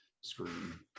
screen